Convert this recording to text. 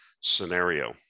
scenario